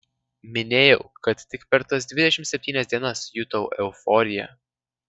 minėjau kad tik per tas dvidešimt septynias dienas jutau euforiją